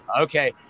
Okay